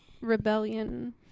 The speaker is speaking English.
rebellion